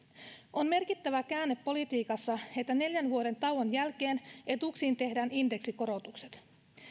on merkittävä käänne politiikassa että neljän vuoden tauon jälkeen etuuksiin tehdään indeksikorotukset